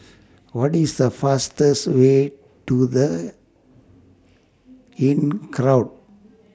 What IS The fastest Way to The Inncrowd